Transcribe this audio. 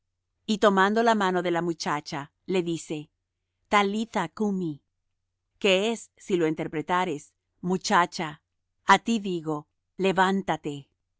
y tomando la mano de la muchacha le dice talitha cumi que es si lo interpretares muchacha á ti digo levántate